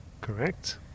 Correct